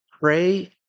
pray